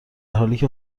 حالیکه